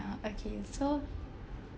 okay so